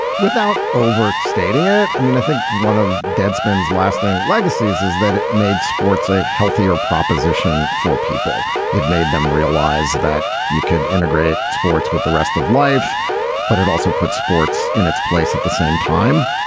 without overstating it i mean i think one of dead spends lasting legacy is is that it made sports a healthier proposition for people. it made them realize that you could integrate sports with the rest of life but it also put sports in its place at the same time.